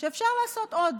שאפשר לעשות עוד